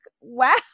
wow